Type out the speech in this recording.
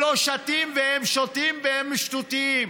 ולא שטים, והם שותים והם שטותיים.